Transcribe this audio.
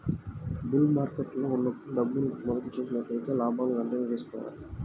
bull మార్కెట్టులో ఉన్నప్పుడు డబ్బును మదుపు చేసినట్లయితే లాభాలను వెంటనే తీసుకోవాలి